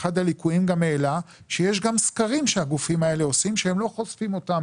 אחד הליקויים העלה שיש גם סקרים שהגופים האלה עושים שהם לא חושפים אותם